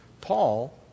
Paul